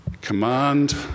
Command